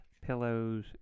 pillows